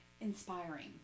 inspiring